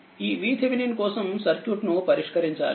ఈ VThevenin కోసం circuit ను పరిష్కరించాలి